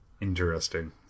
Interesting